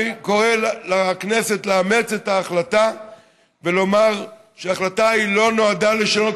אני קורא לכנסת לאמץ את ההחלטה ולומר שההחלטה לא נועדה לשנות